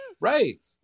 Right